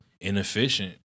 inefficient